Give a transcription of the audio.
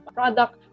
product